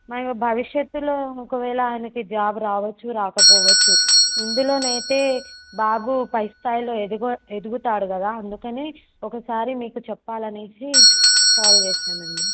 మరి భవిష్యత్తులో ఒకవేళ ఆయనికి జాబ్ రావచ్చు రాకపోవచ్చు ఇందులో అయితే బాబు పై స్థాయిలో ఎదుగు ఎదుగుతాడు కదా అందుకని ఒకసారి మీకు చెప్పాలని కాల్ చేశాను అండి